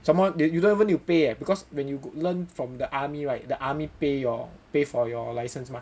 some more you don't even to pay eh because when you learn from the army right the army pay your pay for your license mah